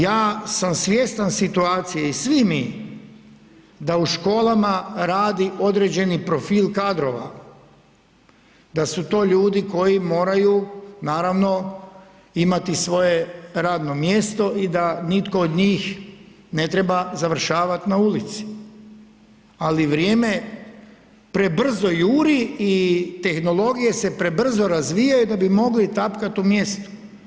Ja sam svjestan situacije i svi mi da u školama radi određeni profil kadrova, da su to ljudi koji moraju naravno imati svoje radno mjesto i da nitko od njih ne treba završavati na ulici, ali vrijeme prebrzo juri i tehnologije se prebrzo razvijaju da bi mogli tapkat u mjestu.